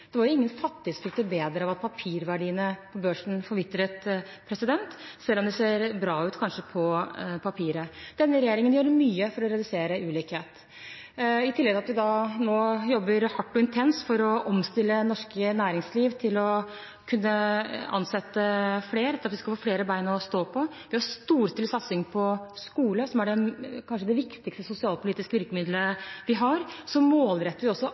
Det var ingen fattige som fikk det bedre av at papirverdiene på børsen forvitret, selv om det kanskje ser bra ut på papiret. Denne regjeringen gjør mye for å redusere ulikhet. I tillegg til at vi nå jobber hardt og intenst for å omstille norsk næringsliv til å kunne ansette flere, til at vi skal få flere ben å stå på, har vi en storstilt satsing på skole, som kanskje er det viktigste sosialpolitiske virkemiddelet vi har. Vi målretter også